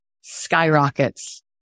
skyrockets